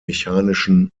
mechanischen